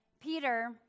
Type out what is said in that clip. peter